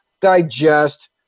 digest